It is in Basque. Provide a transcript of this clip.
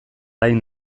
hain